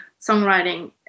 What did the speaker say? songwriting